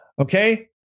Okay